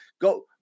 go